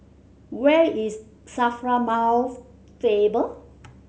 where is SAFRA Mouth Faber